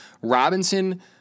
Robinson